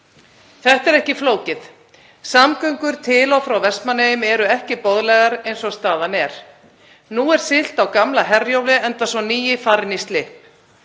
Þetta er ekki flókið. Samgöngur til og frá Vestmannaeyjum eru ekki boðlegar eins og staðan er. Nú er siglt á gamla Herjólfi enda er sá nýi að fara í slipp.